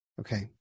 Okay